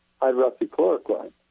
hydroxychloroquine